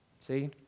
See